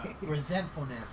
resentfulness